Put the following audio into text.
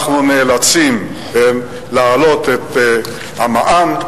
אנחנו נאלצים להעלות את המע"מ,